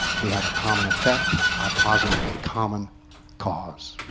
we have a common effect, i posit a common cause.